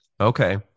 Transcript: Okay